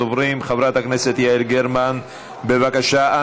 ראשונת הדוברים, חברת הכנסת יעל גרמן, בבקשה.